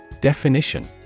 Definition